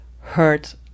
hurt